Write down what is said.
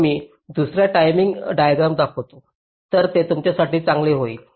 तर मी तुम्हाला टायमिंग डायग्राम दाखवितो तर ते तुमच्यासाठी चांगले होईल